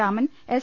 Raman S